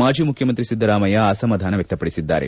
ಮಾಜಿ ಮುಖ್ಚಮಂತ್ರಿ ಸಿದ್ದರಾಮಯ್ಯ ಅಸಮಾಧಾನ ವ್ವಕ್ತಪಡಿಸಿದ್ದಾರೆ